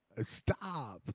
Stop